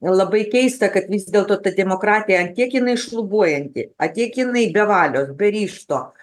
labai keista kad vis dėlto ta demokratija ant tiek jinai šlubuojanti ant tiek jinai be valios bei ryžto